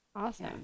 awesome